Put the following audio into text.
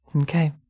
Okay